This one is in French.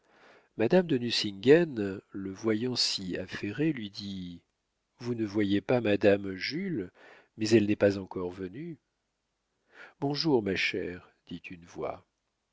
madame de nucingen le voyant si affairé lui dit vous ne voyez pas madame jules mais elle n'est pas encore venue bonjour ma chère dit une voix